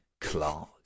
Clark